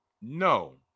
no